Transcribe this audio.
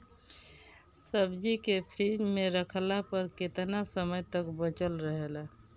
सब्जी के फिज में रखला पर केतना समय तक बचल रहेला?